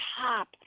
top